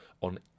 on